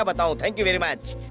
but thank you very much.